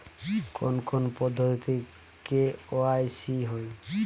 কোন কোন পদ্ধতিতে কে.ওয়াই.সি হয়?